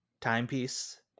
timepiece